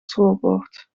schoolpoort